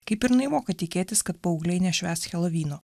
kaip ir naivoka tikėtis kad paaugliai nešvęs helovyno